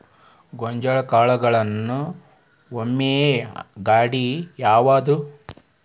ಗೋಂಜಾಳ ಕಾಳುಗಳನ್ನು ಒಯ್ಯುವ ಗಾಡಿ ಯಾವದು?